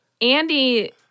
Andy